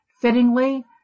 Fittingly